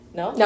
no